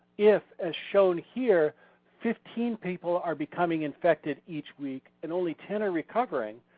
if as shown here fifteen people are becoming infected each week and only ten are recovering,